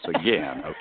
again